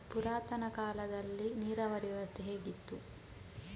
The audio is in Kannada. ಪುರಾತನ ಕಾಲದಲ್ಲಿ ನೀರಾವರಿ ವ್ಯವಸ್ಥೆ ಹೇಗಿತ್ತು?